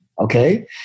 Okay